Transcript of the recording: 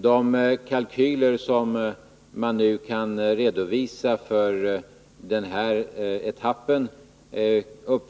I de kalkyler som man nu kan redovisa för den aktuella etappen är